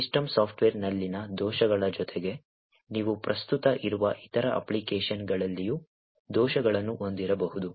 system ಸಾಫ್ಟ್ವೇರ್ನಲ್ಲಿನ ದೋಷಗಳ ಜೊತೆಗೆ ನೀವು ಪ್ರಸ್ತುತ ಇರುವ ಇತರ ಅಪ್ಲಿಕೇಶನ್ಗಳಲ್ಲಿಯೂ ದೋಷಗಳನ್ನು ಹೊಂದಿರಬಹುದು